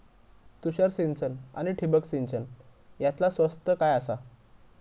तुषार सिंचन आनी ठिबक सिंचन यातला स्वस्त काय आसा?